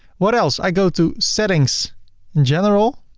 what else? i go to settings general